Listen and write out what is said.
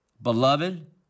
Beloved